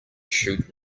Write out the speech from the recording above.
shoot